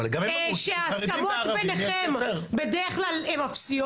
אבל גם הם אמרו שחרדים וערבים --- ההסכמות ביניכם בדרך כלל הן אפסיות,